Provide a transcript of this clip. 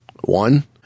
One